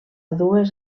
dues